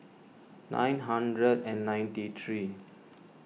nine hundred and ninety three